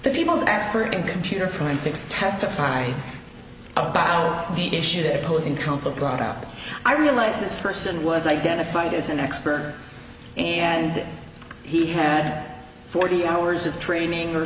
the people asked for it in computer forensics testifying about the issue that opposing counsel brought out i realized this person was identified as an expert and he had forty hours of training or